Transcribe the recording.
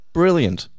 brilliant